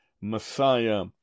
Messiah